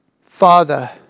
Father